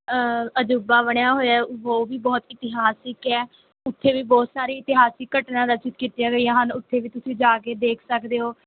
ਅਜੂਬਾ ਬਣਿਆ ਹੋਇਆ ਉਹ ਵੀ ਬਹੁਤ ਇਤਿਹਾਸਿਕ ਹੈ ਉੱਥੇ ਵੀ ਬਹੁਤ ਸਾਰੇ ਇਤਿਹਾਸਿਕ ਘਟਨਾ ਰਚਿਤ ਕੀਤੀਆਂ ਗਈਆਂ ਹਨ ਉੱਥੇ ਵੀ ਤੁਸੀਂ ਜਾ ਕੇ ਦੇਖ ਸਕਦੇ ਹੋ